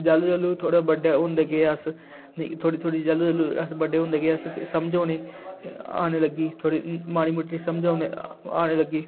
जैह्लूं जैह्लू थोह्ड़े बड्डे होंदे गे अस ते थोह्ड़ी थोह्ड़ी जैह्ल्लूं जैह्ल्लूं अस बड्डे होंदे गे अस समझ औने आने लगी थोह्ड़ी माड़ी मुट्टी समझ औनी औने लग्गी